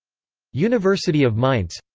university of mainz.